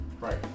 Right